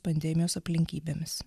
pandemijos aplinkybėmis